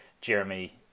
jeremy